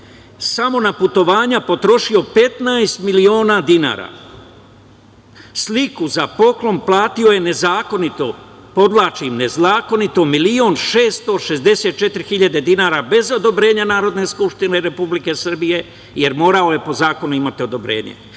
samo na putovanja potrošio je 15 miliona dinara. Sliku za poklon platio je nezakonito, podvlačim nezakonito, milion 664 hiljade dinara bez odobrenja Narodne skupštine Republike Srbije jer morao je po zakonu imati odobrenje.